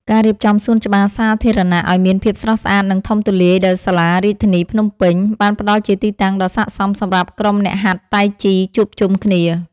ការរៀបចំសួនច្បារសាធារណៈឱ្យមានភាពស្រស់ស្អាត និងធំទូលាយដោយសាលារាជធានីភ្នំពេញ បានផ្ដល់ជាទីតាំងដ៏សក្ដិសមសម្រាប់ក្រុមអ្នកហាត់តៃជីជួបជុំគ្នា។